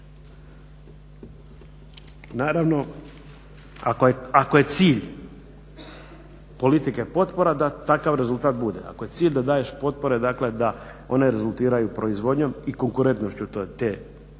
Naravno ako je cilj politike potpora da takav rezultat bude, ako je cilj da daješ potpore dakle da one rezultiraju proizvodnjom i konkurentnošću te